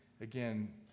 again